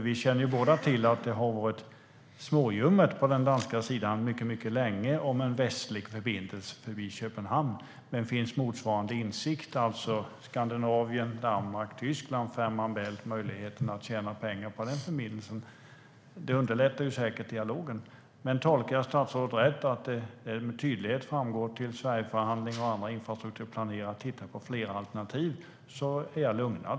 Vi känner båda till att det sedan länge har varit småljummet på den danska sidan vad gäller en västlig förbindelse förbi Köpenhamn. Finns motsvarande insikt om Skandinavien-Danmark-Tyskland, om Fehmarn Bält och möjligheten att tjäna pengar på den förbindelsen? Det underlättar säkert dialogen i så fall. Om jag tolkar statsrådet rätt och det tydligt framgår för Sverigeförhandlingen och andra infrastrukturplanerare att titta på flera alternativ så är jag lugnad.